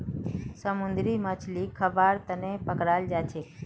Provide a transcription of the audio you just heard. समुंदरी मछलीक खाबार तनौ पकड़ाल जाछेक